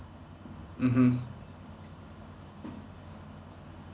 mmhmm